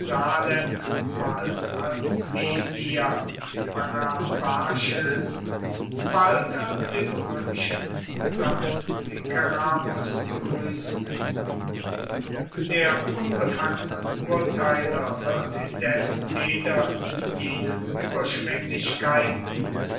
bald als emir arabarches bald als den römischen sampsikeramos begrüßten der unbefangene urteiler wird indes weder in jene